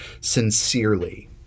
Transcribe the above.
sincerely